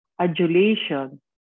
Adulation